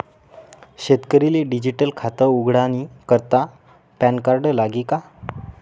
शेतकरीले डिजीटल खातं उघाडानी करता पॅनकार्ड लागी का?